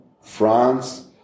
France